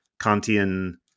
Kantian